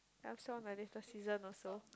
I've saw also